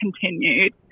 continued